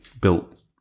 built